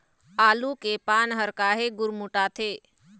आलू के पान हर काहे गुरमुटाथे?